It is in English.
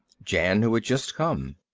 jan, who had just come.